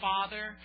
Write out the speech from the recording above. Father